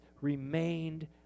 remained